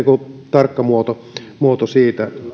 tarkka muoto muoto siitä